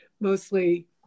mostly